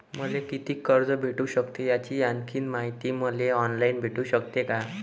मले कितीक कर्ज भेटू सकते, याची आणखीन मायती मले ऑनलाईन भेटू सकते का?